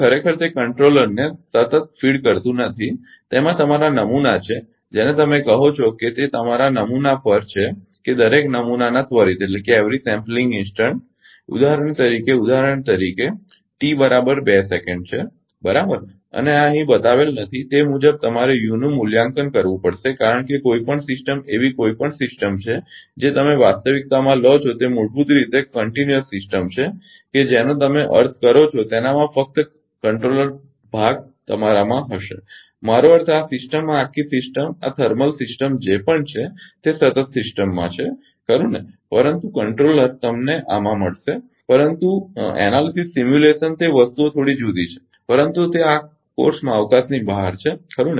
ખરેખર તે કંટ્રોલરને સતત ફીડ કરતું નથી તેમાં તમારો નમૂના છે જેને તમે કહો છો તે તમારા નમૂના પર છે કે દરેક નમૂના ત્વરિત ઉદાહરણ તરીકે ઉદાહરણ તરીકે ટી 2 સેકંડt 2 seconds બરાબર અને આ અહીં બતાવેલ નથી અને તે મુજબ તમારે યુનું મૂલ્યાંકન કરવું પડશે કારણ કે કોઈપણ સિસ્ટમ એવી કોઈ પણ સિસ્ટમ છે જે તમે વાસ્તવિકતામાં લો છો તે મૂળભૂત રીતે સતત સિસ્ટમ છે કે જેનો તમે અર્થ કરો છો તેનામાં ફક્ત કંટ્રોલર ભાગ તમારામાં હશે મારો અર્થ આ સિસ્ટમ આ આખી સિસ્ટમ આ થર્મલ સિસ્ટમ જે પણ છે તે સતત સિસ્ટમમાં છે ખરુ ને પરંતુ નિયંત્રકકંટ્રોલર તમને આમાં મળશે પરંતુ વિશ્લેષણ સિમ્યુલેશનએનાલીસીસ સિમ્યુલેશન તે વસ્તુઓ થોડી જુદી છે પરંતુ તે આ કોર્સમાં અવકાશની બહાર છે ખરુ ને